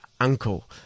uncle